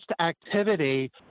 activity